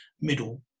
middle